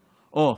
אוה,